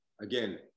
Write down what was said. Again